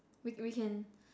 we we can